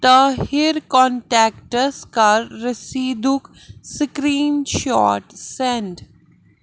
Tahir contacts کَر رسیٖدُک screen shot send